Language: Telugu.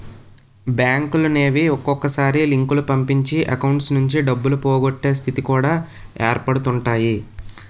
బ్యాంకులనేవి ఒక్కొక్కసారి లింకులు పంపించి అకౌంట్స్ నుంచి డబ్బులు పోగొట్టే స్థితి కూడా ఏర్పడుతుంటాయి